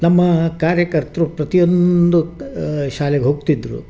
ನಮ್ಮ ಕಾರ್ಯಕರ್ತರು ಪ್ರತಿ ಒಂದು ಶಾಲೆಗೆ ಹೋಗ್ತಿದ್ದರು